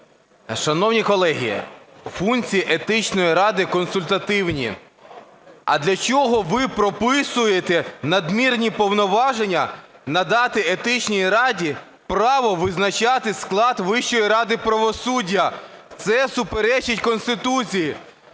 Шановні колеги, функції Етичної ради консультативні, а для чого ви прописуєте надмірні повноваження надати Етичній раді право визначати склад Вищої ради правосуддя? Це суперечить Конституції.